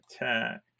attack